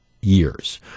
years